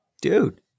dude